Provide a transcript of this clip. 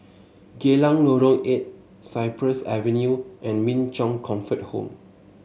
Geylang Lorong Eight Cypress Avenue and Min Chong Comfort Home